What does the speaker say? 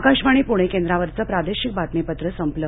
आकाशवाणी पुणे केंद्रावरचं प्रादेशिक बातमीपत्र संपलं